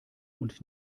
und